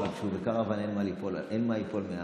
אבל כשהוא בקרוון אין מה שייפול מעל.